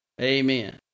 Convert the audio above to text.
Amen